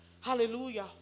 Hallelujah